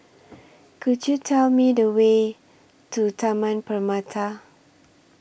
Could YOU Tell Me The Way to Taman Permata